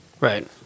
Right